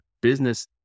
Business